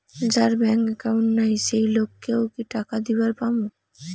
যার bank account নাই সেই লোক কে ও কি টাকা দিবার পামু?